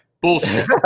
Bullshit